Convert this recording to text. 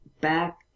back